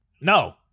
No